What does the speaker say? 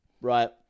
Right